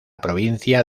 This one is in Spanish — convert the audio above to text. provincia